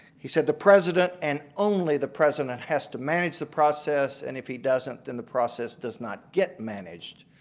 he said the president and only the president has to manage the process and if he doesn't then the process does not get managed.